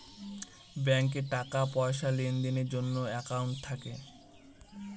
ব্যাঙ্কে টাকা পয়সার লেনদেনের জন্য একাউন্ট থাকে